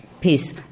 peace